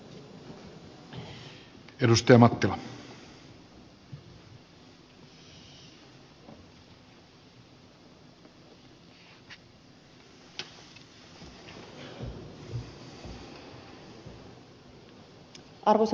arvoisa puhemies